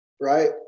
right